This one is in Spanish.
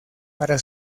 para